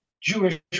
Jewish